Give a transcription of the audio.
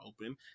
open